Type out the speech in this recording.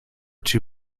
too